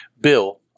Bill